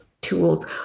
tools